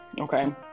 Okay